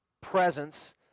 presence